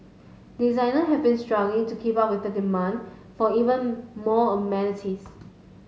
designer have been struggling to keep up with the demand for even more amenities